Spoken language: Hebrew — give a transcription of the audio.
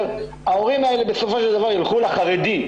ההורים האלה בסופו של דבר ילכו לחרדי,